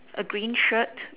A green shirt